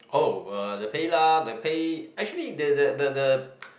oh uh the PayLah the pay actually the the the the